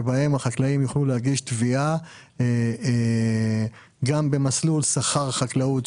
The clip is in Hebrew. שבהם החקלאים יוכלו להגיש תביעה גם במסלול שכר חקלאות,